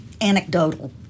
anecdotal